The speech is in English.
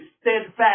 steadfast